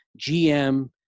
GM